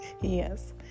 Yes